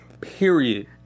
period